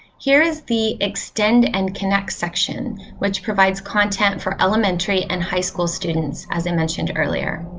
here is the extend and connect section which provides content for elementary and high school students, as i mentioned earlier.